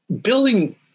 Building